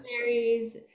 berries